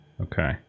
Okay